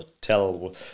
tell